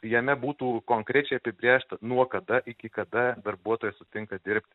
jame būtų konkrečiai apibrėžta nuo kada iki kada darbuotojas sutinka dirbt